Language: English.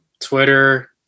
Twitter